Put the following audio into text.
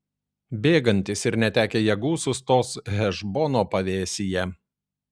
bėgantys ir netekę jėgų sustos hešbono pavėsyje